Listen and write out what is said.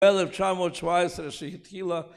אלף תשעה מאות שבע עשרה שהתחילה